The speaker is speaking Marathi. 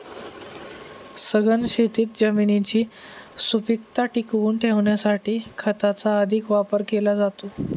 सघन शेतीत जमिनीची सुपीकता टिकवून ठेवण्यासाठी खताचा अधिक वापर केला जातो